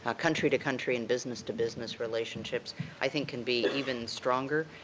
ah country to country and business to business relationships i think can be even stronger,